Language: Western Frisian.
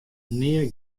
nea